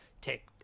take